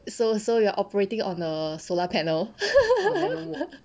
so so you're operating on a solar panel